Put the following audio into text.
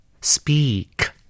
speak